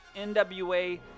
NWA